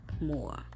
more